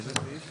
איזה סעיף?